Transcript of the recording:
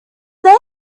there